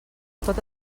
pot